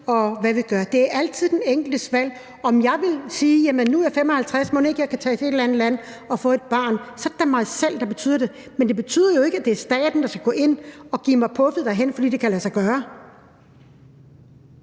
og hvad vi gør. Det er altid den enkeltes valg. Hvis jeg siger, at nu er jeg 55 år, og mon ikke jeg kan tage til et eller andet land og få et barn, så er det da mig selv, der bestemmer det. Men det betyder jo ikke, at det er staten, der skal gå ind og give mig puffet derhen, fordi det kan lade sig gøre.